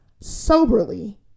soberly